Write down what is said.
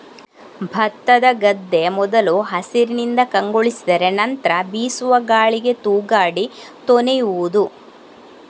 ಭತ್ತದ ಗದ್ದೆ ಮೊದಲು ಹಸಿರಿನಿಂದ ಕಂಗೊಳಿಸಿದರೆ ನಂತ್ರ ಬೀಸುವ ಗಾಳಿಗೆ ತೂಗಾಡಿ ತೊನೆಯುವುದು